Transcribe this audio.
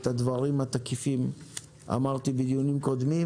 את הדברים התקיפים אמרתי בדיונים הקודמים